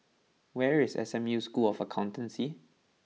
where is S M U School of Accountancy